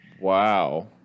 Wow